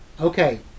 Okay